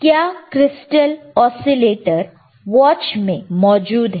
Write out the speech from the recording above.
क्या crystal oscillator watch में मौजूद है